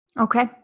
okay